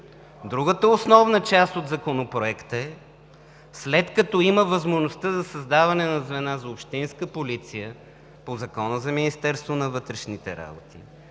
Другата основа част от Законопроекта е, след като има възможност за създаване на звена за общинска полиция по Закона за Министерството на вътрешните работи,